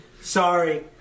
Sorry